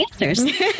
answers